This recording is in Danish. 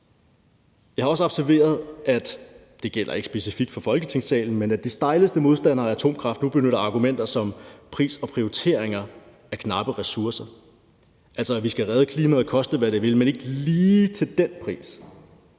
Folketingssalen – at de stejleste modstandere af atomkraft nu benytter argumenter om pris og prioriteringer af knappe ressourcer, altså at vi skal redde klimaet, koste hvad det vil, men ikke lige til den pris.